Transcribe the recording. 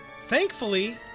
Thankfully